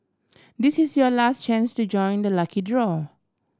this is your last chance to join the lucky draw